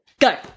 Go